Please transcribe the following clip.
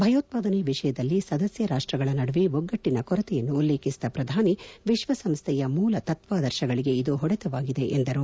ಭಯೋತ್ಪಾದನೆ ವಿಷಯದಲ್ಲಿ ಸದಸ್ಯ ರಾಷ್ಟ್ರಗಳ ನದುವೆ ಒಗ್ಗಟ್ಟಿನ ಕೊರತೆಯನ್ನು ಉಲ್ಲೇಖಿಸಿದ ಪ್ರಧಾನಿ ವಿಶ್ವಸಂಸ್ಥೆಯ ಮೂಲ ತತ್ವಾದರ್ಶಗಳಿಗೆ ಇದು ಹೊಡೆತವಾಗಿದೆ ಎಂದರು